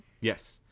Yes